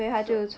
so